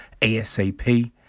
ASAP